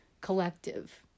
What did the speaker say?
collective